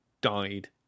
died